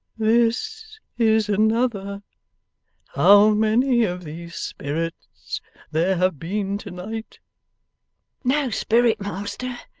this is another how many of these spirits there have been to-night no spirit, master.